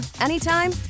anytime